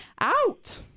out